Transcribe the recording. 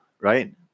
right